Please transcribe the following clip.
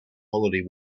holiday